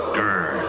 grr.